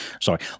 sorry